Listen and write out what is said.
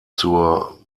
zur